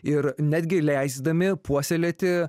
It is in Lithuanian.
ir netgi leisdami puoselėti